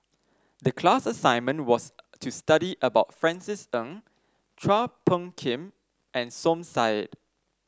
the class assignment was to study about Francis Ng Chua Phung Kim and Som Said